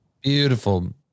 Beautiful